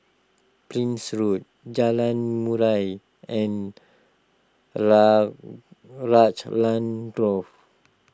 Prince Road Jalan Murai and Raglan Grove